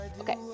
okay